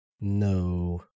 No